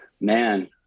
Man